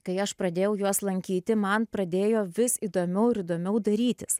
kai aš pradėjau juos lankyti man pradėjo vis įdomiau ir įdomiau darytis